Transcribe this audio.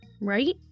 right